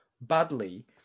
badly